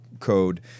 code